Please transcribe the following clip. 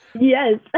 Yes